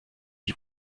die